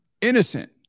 innocent